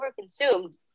overconsumed